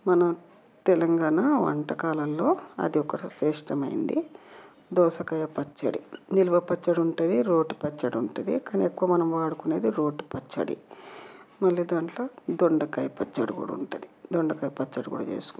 మనం తెలంగాణ వంటకాలలో అది ఒకటి శ్రేష్టమైనది దోసకాయ పచ్చడి నిలువ పచ్చడి ఉంటుంది రోటి పచ్చడి ఉంటుంది కానీ మనం ఎక్కువగా వాడుకునేది రోటి పచ్చడి మళ్ళీ దాంట్లో దొండకాయ పచ్చడి కూడా ఉంటుంది దొండకాయ పచ్చడి కూడా చేసుకుంటాము